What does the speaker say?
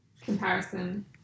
Comparison